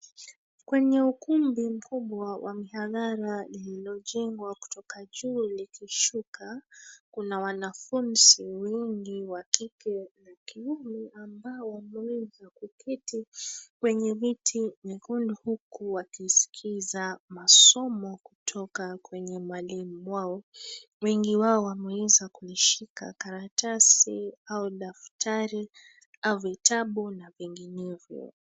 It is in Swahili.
Kwenye ukumbi mkubwa wa mihadhara lililojengwa kutoka juu likishuka, kuna wanafunzi wengi wa kike na kiume ambao wameweza kuketi kwenye viti nyekundu, huku wakiskiza masomo kutoka kwenye mwalimu wao. Wengi wao wameweza kuishika karatasi au daftari au vitabu na vinginevyo.